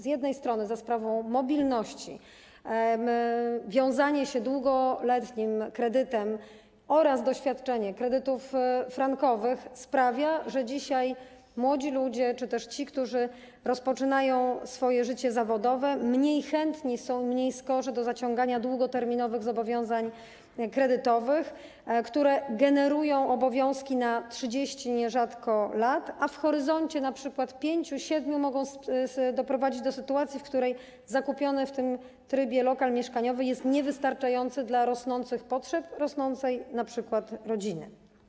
Z jednej strony za sprawą mobilności wiązanie się długoletnim kredytem oraz doświadczenie kredytów frankowych sprawiają, że dzisiaj młodzi ludzie czy też ci, którzy rozpoczynają swoje życie zawodowe, mniej są chętni, mniej skorzy do zaciągania długoterminowych zobowiązań kredytowych, które generują obowiązki na nierzadko 30 lat, a w horyzoncie np. 5, 7 lat mogą doprowadzić do sytuacji, w której zakupiony w tym trybie lokal mieszkaniowy jest niewystarczający na potrzeby rosnącej np. rodziny.